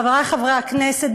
חברי חברי הכנסת,